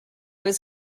was